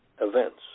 events